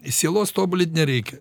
sielos tobulint nereikia